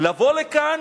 לבוא לכאן